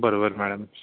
बरोबर मॅडम